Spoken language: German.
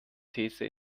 these